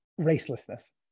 racelessness